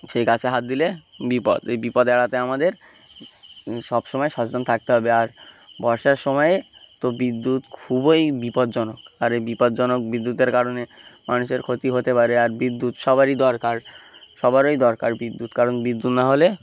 সেই গাছে হাত দিলে বিপদ এই বিপদ এড়াতে আমাদের সবসময় সচেতন থাকতে হবে আর বর্ষার সময়ে তো বিদ্যুৎ খুবই বিপজ্জনক আর এই বিপজ্জনক বিদ্যুতের কারণে মানুষের ক্ষতি হতে পারে আর বিদ্যুৎ সবারই দরকার সবারই দরকার বিদ্যুৎ কারণ বিদ্যুৎ না হলে